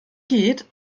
geht